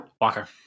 Walker